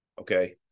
Okay